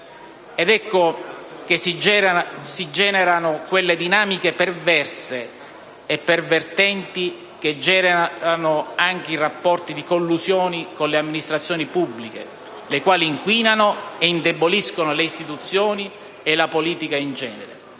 Ed è così che si generano quelle dinamiche perverse e pervertenti, che generano anche rapporti di collusione con le amministrazioni pubbliche e che inquinano e indeboliscono le istituzioni e la politica in genere.